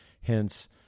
hence